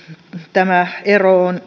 tämä ero on